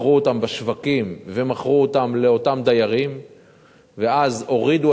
מכרו אותן בשווקים ומכרו אותן לאותם דיירים ואז הורידו